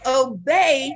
obey